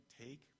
take